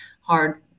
hard